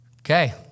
Okay